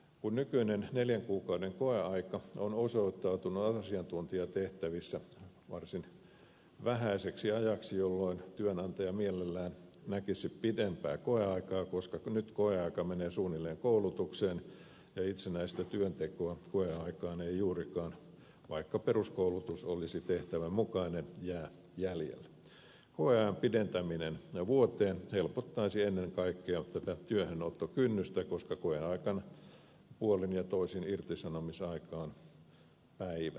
kun nykyinen neljän kuukauden koeaika on osoittautunut asiantuntijatehtävissä varsin vähäiseksi ajaksi jolloin työnantaja mielellään näkisi pidempää koeaikaa koska nyt koeaika menee suunnilleen koulutukseen ja itsenäistä työntekoa koeaikaan ei juurikaan vaikka peruskoulutus olisi tehtävän mukainen jää jäljelle koeajan pidentäminen vuoteen helpottaisi ennen kaikkea tätä työhönottokynnystä koska koeaikana puolin ja toisin irtisanomisaika on päivä